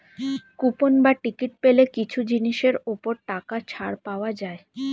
coupon বা ticket পেলে কিছু জিনিসের ওপর টাকা ছাড় পাওয়া যায়